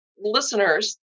listeners